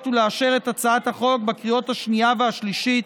ולאשר את הצעת החוק בקריאות השנייה והשלישית